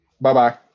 bye-bye